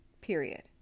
period